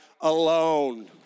alone